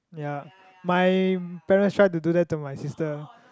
ya my parents tried to do that to my sister